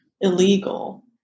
illegal